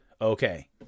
Okay